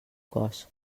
cos